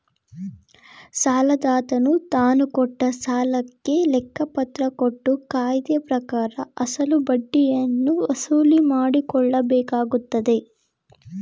ಸಾಲದಾತನು ತಾನುಕೊಟ್ಟ ಸಾಲಕ್ಕೆ ಲೆಕ್ಕಪತ್ರ ಕೊಟ್ಟು ಕಾಯ್ದೆಪ್ರಕಾರ ಅಸಲು ಬಡ್ಡಿಯನ್ನು ವಸೂಲಿಮಾಡಕೊಳ್ಳಬೇಕಾಗತ್ತದೆ